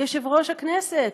יושב-ראש הכנסת.